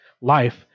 life